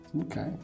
Okay